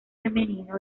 femenino